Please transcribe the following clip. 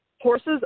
Horses